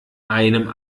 einem